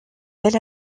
bel